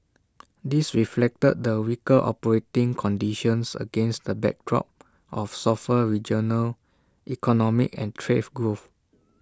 this reflected the weaker operating conditions against the backdrop of softer regional economic and trade growth